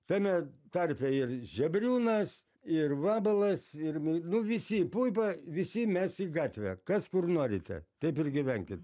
tame tarpe ir žebriūnas ir vabalas ir mi nu visi puipa visi mes į gatvę kas kur norite taip ir gyvenkit